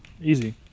easy